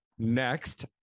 Next